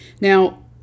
Now